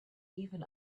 even